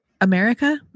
America